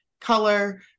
color